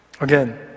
again